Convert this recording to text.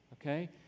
Okay